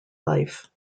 life